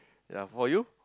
ya for you